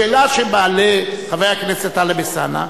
השאלה שמעלה חבר הכנסת טלב אלסאנע,